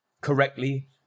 correctly